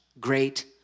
great